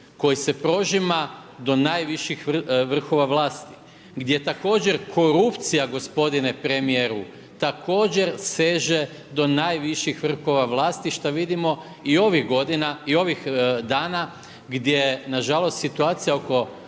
koji se prožima do najviših vrhova vlasti. Gdje također korupcija gospodine premijeru, također seže do najviših vrhova vlasti šta vidimo i ovih godina i ovih dana gdje nažalost, situacija oko